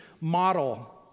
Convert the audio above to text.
model